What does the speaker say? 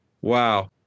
Wow